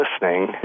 listening